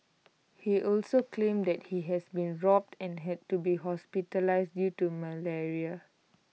he also claimed that he has been robbed and had to be hospitalised due to malaria